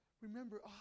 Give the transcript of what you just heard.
Remember